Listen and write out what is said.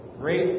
great